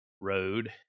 road